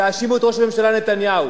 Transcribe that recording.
תאשימו את ראש הממשלה נתניהו.